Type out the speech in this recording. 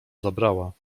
zabrała